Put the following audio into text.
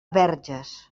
verges